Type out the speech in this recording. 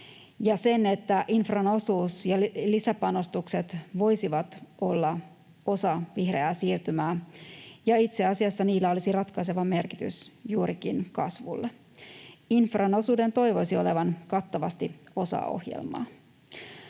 ja sen, että infran osuus ja lisäpanostukset voisivat olla osa vihreää siirtymää, ja itse asiassa niillä olisi ratkaiseva merkitys juurikin kasvulle. Infran osuuden toivoisi olevan kattavasti osa ohjelmaa.